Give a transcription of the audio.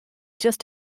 just